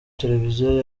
televiziyo